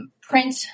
print